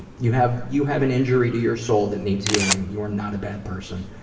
and you have you have an injury to your soul that needs healing. you're not a bad person.